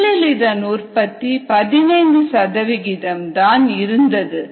முதலில் இதன் உற்பத்தி 15 சதவிகிதம் தான் இருந்தது